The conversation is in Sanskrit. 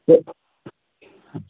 ओ